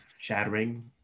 shattering